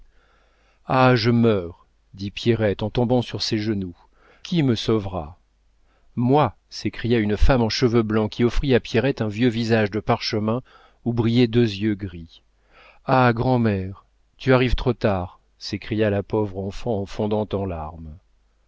ah je meurs dit pierrette en tombant sur ses genoux qui me sauvera moi s'écria une femme en cheveux blancs qui offrit à pierrette un vieux visage de parchemin où brillaient deux yeux gris ah grand'mère tu arrives trop tard s'écria la pauvre enfant en fondant en larmes